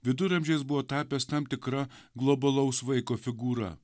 viduramžiais buvo tapęs tam tikra globalaus vaiko figūra